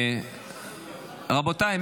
רבותיי,